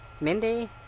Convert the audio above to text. Mindy